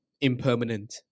Impermanent